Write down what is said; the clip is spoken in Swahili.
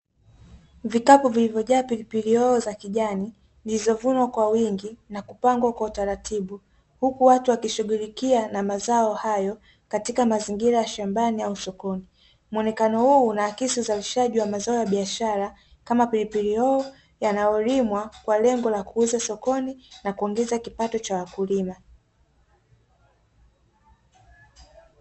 Vikapu vilivyojaa pilipili hoho za kijani zilizovunwa kwa wingi na kupangwa vizuri kwa utaratibu, huku watu wakishughulikia na mazao hayo katika mazingira ya shambani au sokoni, muonekano huu unakisi uzalishaji wa zao la kibiashara kama pilipili hoho yanayolimwa kwa lengo la kuuza sokoni na kuongeza kipato cha mkulima.